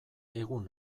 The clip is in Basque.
egun